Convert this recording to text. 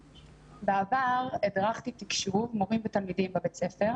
בעבר הדרכתי תקשוב, מורים ותלמידים בבית ספר,